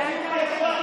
אין דבר כזה.